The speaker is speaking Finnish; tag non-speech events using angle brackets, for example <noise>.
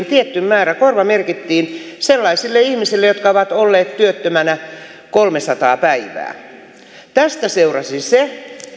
<unintelligible> tietty määrä sellaisille ihmisille jotka ovat olleet työttömänä kolmesataa päivää tästä seurasi se